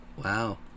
Wow